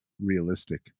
Realistic